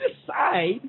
decide